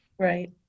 Right